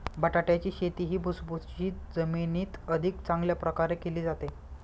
बटाट्याची शेती ही भुसभुशीत जमिनीत अधिक चांगल्या प्रकारे केली जाते